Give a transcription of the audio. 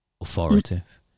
authoritative